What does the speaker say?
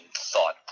thought